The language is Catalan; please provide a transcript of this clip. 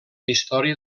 història